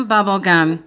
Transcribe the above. Bubblegum